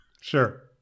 Sure